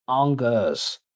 Angers